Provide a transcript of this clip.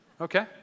Okay